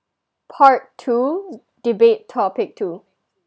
part two debate topic two